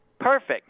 perfect